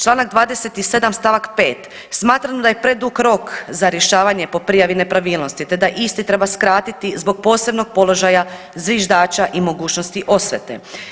Čl. 27. st. 5., smatram da je predug rok za rješavanje po prijavi nepravilnosti, te da isti treba skratiti zbog posebnog položaja zviždača i mogućnosti osvete.